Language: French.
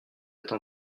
être